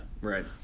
Right